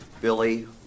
Billy